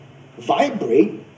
vibrate